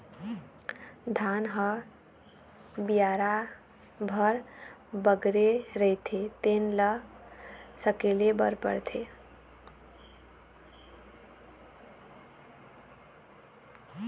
धान ह बियारा भर बगरे रहिथे तेन ल सकेले बर परथे